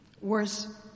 Worse